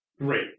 Great